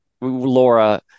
Laura